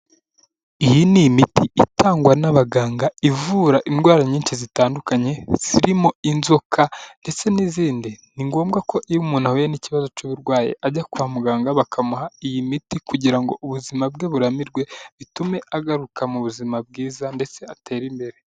Iyi ni imiti itangwa n'abaganga ivura indwara nyinshi zitandukanye zirimo inzoka ndetse n'izindi, ni ngombwa ko iyo umuntu ahuye n'ikibazo cy'uburwayi ajya kwa muganga bakamuha iyi miti kugira ngo ubuzima bwe buramirwe bitume agaruka mu buzima bwiza ndetse atere imbere.